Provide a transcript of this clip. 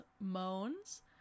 Moans